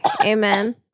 Amen